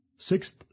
Sixth